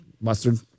Mustard